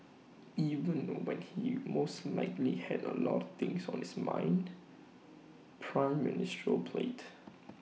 even when he most likely had A lot of things on his might ministerial plate